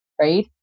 Right